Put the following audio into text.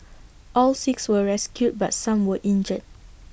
all six were rescued but some were injured